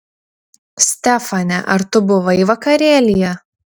stefane ar tu buvai vakarėlyje